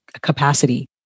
capacity